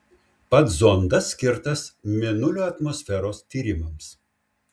pats zondas skirtas mėnulio atmosferos tyrimams